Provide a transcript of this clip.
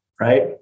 right